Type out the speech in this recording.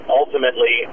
ultimately